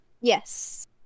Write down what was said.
Yes